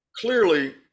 clearly